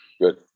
good